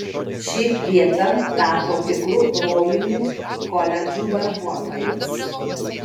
ši vieta tapo tikru rojumi koledžų verbuotojams